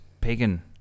pagan